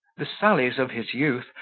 the sallies of his youth,